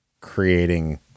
creating